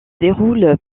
déroule